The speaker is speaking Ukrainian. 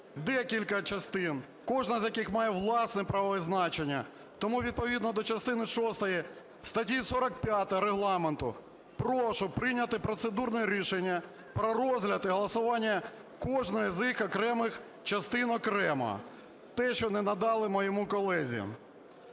декілька частин, кожна з яких має власне правове значення. Тому відповідно до частини шостої статті 45 Регламенту прошу прийняти процедурне рішення про розгляд і голосування кожної з їх окремих, частин окремо, те, що не надали моєму колезі.